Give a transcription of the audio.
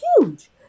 huge